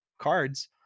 cards